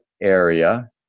area